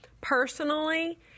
personally